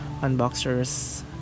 unboxers